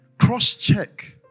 cross-check